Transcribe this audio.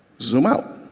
zoom out.